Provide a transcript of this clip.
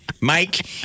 Mike